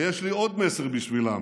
ויש לי עוד מסר בשבילם,